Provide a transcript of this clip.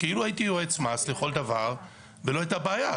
כאילו הייתי יועץ מס לכל דבר, ולא הייתה בעיה.